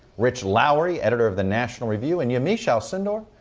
rich lowry, editor of the national review, and yamiche alcindor,